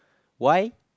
why